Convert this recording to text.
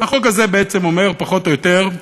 החוק הזה אומר, פחות או יותר,